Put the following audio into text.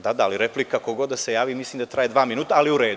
Da, ali replika, ko god da se javi, mislim da traje dva minuta, ali u redu.